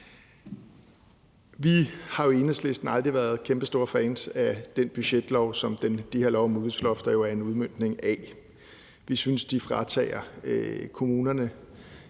Vi har jo i Enhedslisten aldrig været kæmpestore fans af den budgetlov, som de her love om udgiftslofter jo er en udmøntning af. Vi synes, de fratager kommunerne